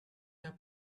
the